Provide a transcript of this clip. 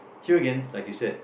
here again like you said